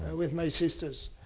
with my sisters.